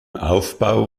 aufbau